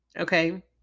okay